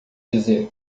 dizer